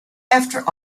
after